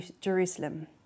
Jerusalem